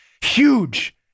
Huge